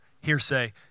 hearsay